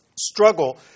struggle